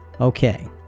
okay